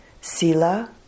Sila